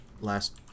last